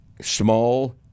small